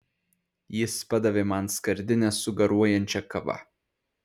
jis padavė man skardinę su garuojančia kava